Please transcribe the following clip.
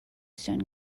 stone